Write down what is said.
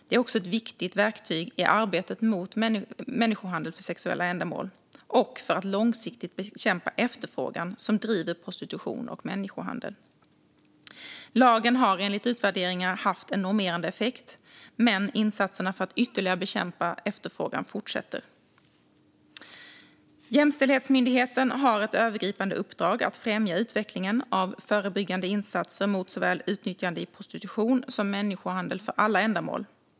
Det är också ett viktigt verktyg i arbetet mot människohandel för sexuella ändamål och för att långsiktigt bekämpa efterfrågan som driver prostitution och människohandel. Lagen har enligt utvärderingar haft en normerande effekt, men insatserna för att ytterligare bekämpa efterfrågan fortsätter. Jämställdhetsmyndigheten har ett övergripande uppdrag att främja utvecklingen av förebyggande insatser mot såväl utnyttjade i prostitution som människohandel för alla ändamål.